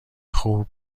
خوب